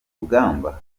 rugamba